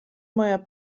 moja